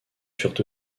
furent